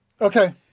Okay